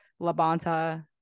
Labanta